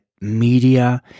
media